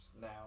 Now